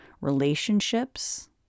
relationships